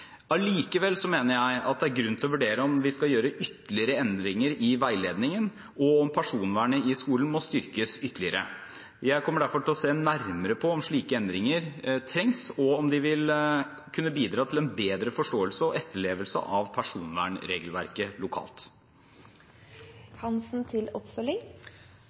Allikevel mener jeg at det er grunn til å vurdere om vi skal gjøre ytterligere endringer i veiledningen, og om personvernet i skolen må styrkes ytterligere. Jeg kommer derfor til å se nærmere på om slike endringer trengs, og om de vil kunne bidra til en bedre forståelse og etterlevelse av personvernregelverket